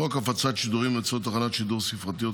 חוק הפצת שידורים באמצעות תחנות שידור ספרתיות,